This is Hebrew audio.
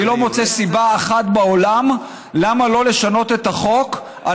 אני לא מוצא סיבה אחת בעולם למה לא לשנות את החוק על